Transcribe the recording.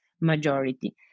majority